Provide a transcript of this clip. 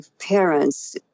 parents